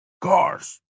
cars